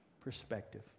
perspective